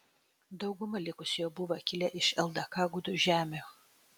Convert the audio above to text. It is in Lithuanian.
dauguma likusiųjų buvo kilę iš ldk gudų žemių